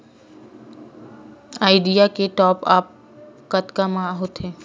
Idea के top आप कतका म होथे?